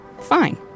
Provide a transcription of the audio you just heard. fine